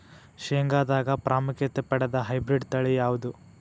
ಶೇಂಗಾದಾಗ ಪ್ರಾಮುಖ್ಯತೆ ಪಡೆದ ಹೈಬ್ರಿಡ್ ತಳಿ ಯಾವುದು?